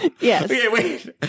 Yes